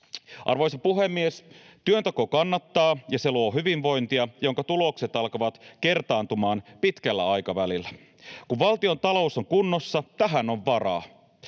Arvoisa puhemies! Työnteko kannattaa, ja se luo hyvinvointia, jonka tulokset alkavat kertaantumaan pitkällä aikavälillä. Kun valtion talous on kunnossa, tähän on varaa.